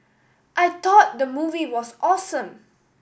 I thought the movie was awesome